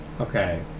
Okay